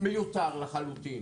מיותר לחלוטין.